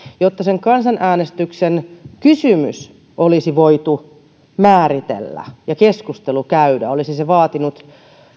jotta sen kansanäänestyksen kysymys olisi voitu määritellä ja keskustelu käydä olisi se vaatinut